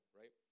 right